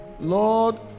Lord